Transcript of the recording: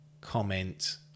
comment